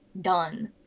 done